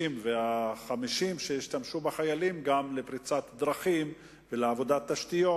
וה-50 שבה השתמשו בחיילים גם לפריצת דרכים ולעבודת תשתיות.